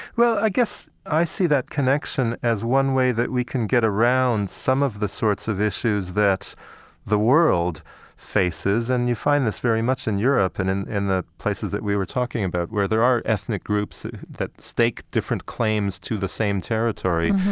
well, i guess i see that connection as one way that we can get around some of the sorts of issues that the world faces. and you find this very much in europe and in in the places that we were talking about, where there are ethnic groups that stake different claims to the same territory.